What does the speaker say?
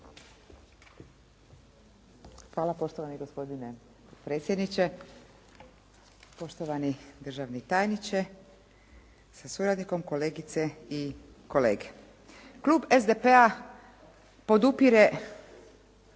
Hvala poštovani gospodine predsjedniče, poštovani državni tajniče sa suradnikom, kolegice i kolege. Klub SDP-a podupire